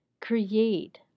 create